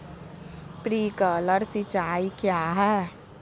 Sprinkler सिंचाई क्या है?